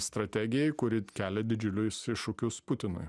strategijai kuri kelia didžiulius iššūkius putinui